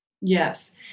Yes